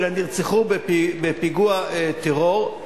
אלא נרצחו בפיגוע טרור,